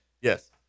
Yes